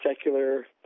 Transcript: secular